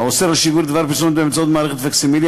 האוסר שיגור דבר פרסומת באמצעות מערכת פקסימיליה,